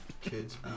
kids